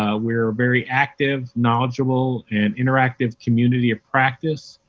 ah we are a very active, knowledgeable and interactive community of practice,